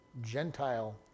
Gentile